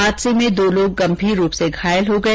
हादसे में दो गंभीर रूप से घायल हो गए